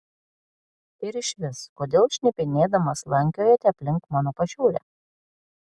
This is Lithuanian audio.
ir išvis kodėl šnipinėdamas slankiojate aplink mano pašiūrę